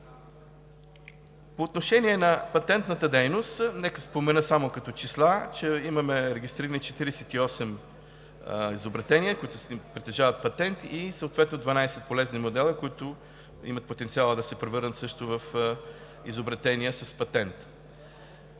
По отношение на патентната дейност, нека спомена само като числа, че имаме регистрирани 48 изобретения, които притежават патент и съответно 12 полезни модела, които имат потенциала да се превърнат също в изобретения с патент.